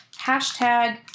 hashtag